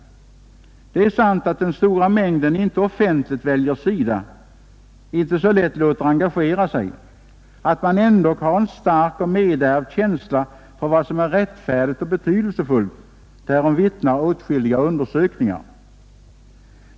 Det är sant att den stora mängden inte offentligt väljer sida och inte så lätt låter engagera sig. Att man ändå har en stark och nedärvd känsla för vad som är rättfärdigt och betydelsefullt vittnar åtskilliga undersökningar om.